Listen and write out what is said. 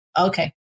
Okay